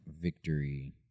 Victory